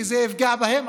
כי זה יפגע בהם,